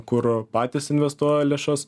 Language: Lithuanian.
kur patys investuoja lėšas